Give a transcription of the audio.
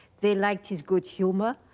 they liked his good humor.